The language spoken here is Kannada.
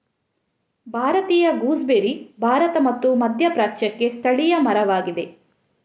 ಭಾರತೀಯ ಗೂಸ್ಬೆರ್ರಿ ಭಾರತ ಮತ್ತು ಮಧ್ಯಪ್ರಾಚ್ಯಕ್ಕೆ ಸ್ಥಳೀಯ ಮರವಾಗಿದೆ